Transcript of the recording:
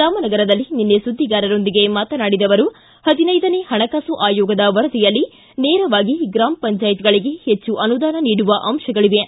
ರಾಮನಗರದಲ್ಲಿ ನಿನ್ನೆ ಸುದ್ದಿಗಾರರೊಂದಿಗೆ ಮಾತನಾಡಿದ ಅವರು ಹದಿನೈದನೇ ಹಣಕಾಸು ಆಯೋಗದ ವರದಿಯಲ್ಲಿ ನೇರವಾಗಿ ಗ್ರಾಮ ಪಂಚಾಯತ್ಗಳಿಗೇ ಹೆಚ್ಚು ಅನುದಾನ ನೀಡುವ ಅಂಶಗಳಿವೆ